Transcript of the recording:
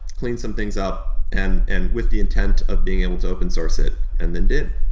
clean some things up and and with the intent of being able to open source it, and then did,